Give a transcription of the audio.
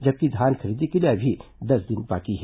जबकि धान खरीदी के लिए अभी दस दिन बाकी है